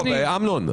אמנון,